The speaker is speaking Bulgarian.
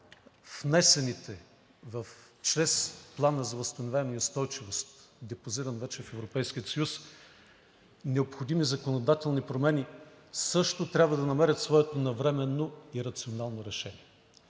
внесените чрез Плана за възстановяване и устойчивост, депозиран вече в Европейския съюз, необходими законодателни промени също трябва да намерят своето навременно и рационално решение